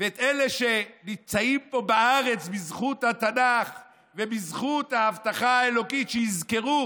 ואלה שנמצאים פה בארץ בזכות התנ"ך ובזכות ההבטחה האלוקית שיזכרו